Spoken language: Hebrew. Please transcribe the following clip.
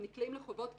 הם נקלעים לחובות,